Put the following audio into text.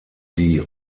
die